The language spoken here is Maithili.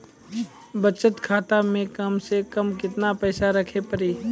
बचत खाता मे कम से कम केतना पैसा रखे पड़ी?